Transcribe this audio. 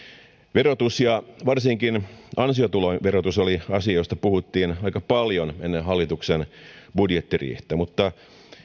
verotus ja varsinkin ansiotulojen verotus oli asia josta puhuttiin aika paljon ennen hallituksen budjettiriihtä mutta